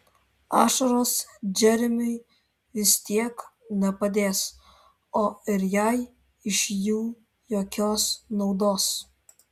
ašaros džeremiui vis tiek nepadės o ir jai iš jų jokios naudos